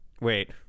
wait